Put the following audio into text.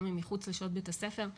גם אם מחוץ לשעות בית הספר,